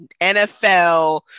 nfl